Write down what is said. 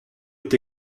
est